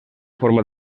forma